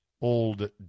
old